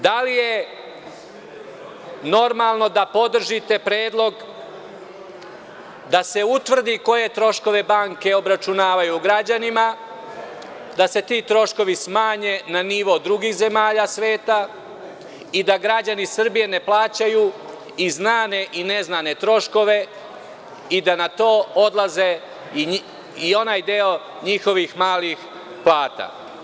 Da li je normalno da podržite predlog da se utvrdi koje troškove banke obračunavaju građanima, da se ti troškovi smanje na nivo drugih zemalja sveta i da građani Srbije ne plaćaju i znane i neznane troškove i da na to odlazi i onaj deo njihovih malih plata?